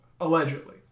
allegedly